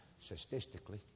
statistically